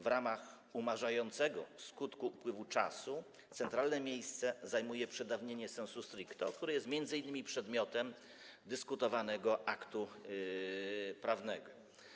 W ramach umarzającego skutku upływu czasu centralne miejsce zajmuje przedawnienie sensu stricto, które jest m.in. przedmiotem dyskutowanego aktu prawnego.